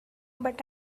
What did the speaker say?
but